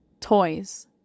toys